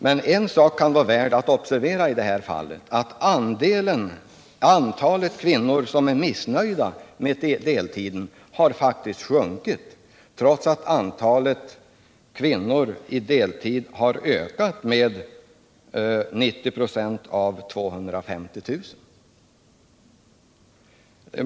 Men en sak kan vara värd att observera i det här fallet: antalet kvinnor som är missnöjda med deltiden har faktiskt minskat trots att antalet kvinnor i deltid har ökat med ungefär 90 96 av 250 000.